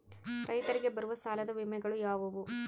ರೈತರಿಗೆ ಬರುವ ಸಾಲದ ವಿಮೆಗಳು ಯಾವುವು?